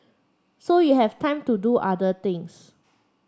so you have time to do other things